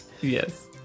Yes